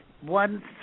one